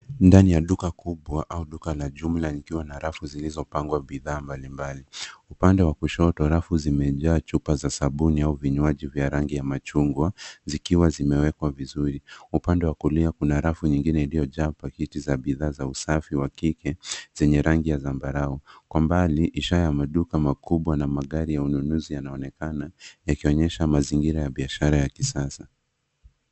Ndani ya duka kubwa au duka la jumla likiwa na rafu zilizopangwa bidhaa mbalimbali. Upande wa kushoto rafu zimejaa chupa za sabuni au vinywaji vya rangi ya machungwa, zikiwa zimewekwa vizuri. Upande wa kulia kuna rafu nyingine iliyojaa paketi za bidhaa za usafi wa kike, zenye rangi ya zambarau. Kwa umbali ishara ya maduka makubwa na magari ya ununuzi yanaonekana, yakionyesha mazingira ya biashara ya kisasa.